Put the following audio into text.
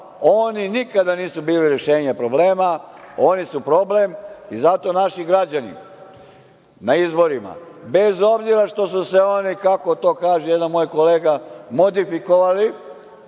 oni nikada nisu bili rešenje problema, oni su problem i zato naši građani na izborima, bez obzira što su se oni, kako to kaže jedan moj kolega, modifikovali,